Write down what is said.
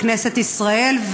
בכנסת ישראל.